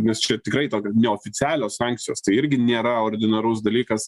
nes čia tikrai neoficialios sankcijos tai irgi nėra ordinarus dalykas